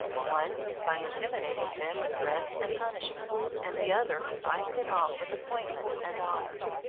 one is by intimidating them with threats and punishments, and the other buying them off with appointments and honors.